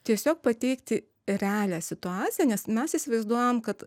tiesiog pateikti realią situaciją nes mes įsivaizduojam kad